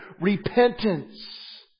Repentance